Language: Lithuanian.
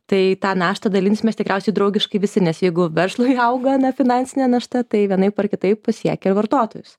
tai tą naštą dalinsimės tikriausiai draugiškai visi nes jeigu verslui auga na finansinė našta tai vienaip ar kitaip pasiekia ir vartotojus